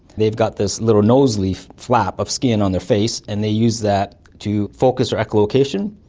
they have got this little nose leaf flap of skin on their face and they use that to focus their echolocation.